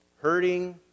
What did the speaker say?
Hurting